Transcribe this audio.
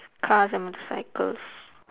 cars and motorcycles